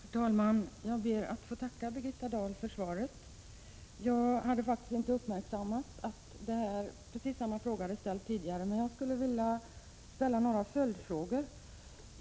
Herr talman! Jag ber att få tacka Birgitta Dahl för svaret. Jag hade faktiskt inte uppmärksammat att precis samma fråga ställts tidigare. Då vill jag ställa några följdfrågor.